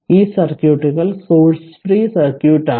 ഈ സർക്യൂട്ടുകൾ source free സർക്യൂട്ടാണ്